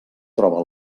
troba